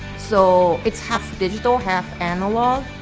so it's half digital half analog.